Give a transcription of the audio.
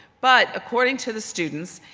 but according to the students,